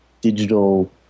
digital